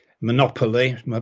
monopoly